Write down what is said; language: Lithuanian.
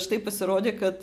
štai pasirodė kad